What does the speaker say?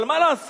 אבל מה לעשות